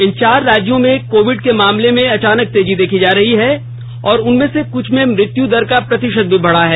इन चार राज्यों में कोविड के मामलों में अचानक तेजी देखी जा रही है और उनमें से कुछ में मृत्यु दर का प्रतिशत भी बढा है